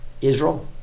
Israel